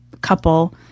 couple